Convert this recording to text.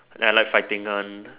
and then I like fighting one